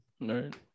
Right